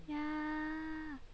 yeah